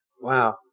wow